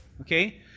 Okay